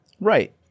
Right